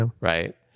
Right